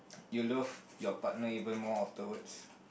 you love your partner even more afterwards